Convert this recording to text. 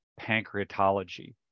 Pancreatology